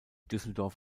düsseldorf